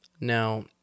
Now